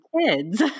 kids